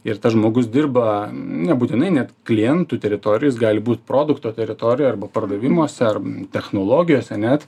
ir tas žmogus dirba nebūtinai net klientų teritorijoj jis gali būt produkto teritorijoj arba pardavimuose ar technologijose ne